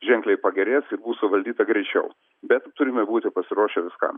ženkliai pagerės ir bus suvaldyta greičiau bet turime būti pasiruošę viskam